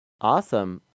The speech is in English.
Awesome